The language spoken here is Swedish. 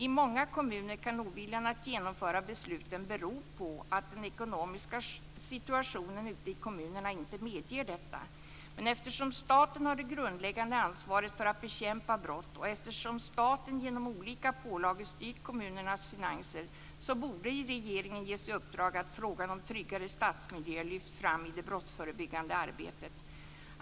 I många kommuner kan oviljan att genomföra besluten bero på att den ekonomiska situationen ute i kommunerna inte medger detta. Men eftersom staten har det grundläggande ansvaret för att bekämpa brott och eftersom staten genom olika pålagor styrt kommunernas finanser, så borde regeringen ges i uppdrag att lyfta fram frågan om tryggare stadsmiljöer i det brottsförebyggande arbetet.